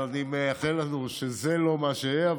אני מאחל לנו שזה לא מה שיהיה,